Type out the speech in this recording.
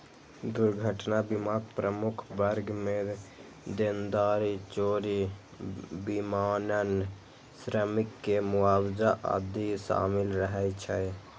दुर्घटना बीमाक प्रमुख वर्ग मे देनदारी, चोरी, विमानन, श्रमिक के मुआवजा आदि शामिल रहै छै